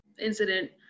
incident